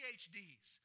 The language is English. PhDs